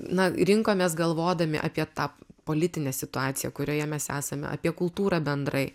na rinkomės galvodami apie tą politinę situaciją kurioje mes esame apie kultūrą bendrai